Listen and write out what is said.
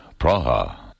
Praha